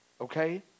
Okay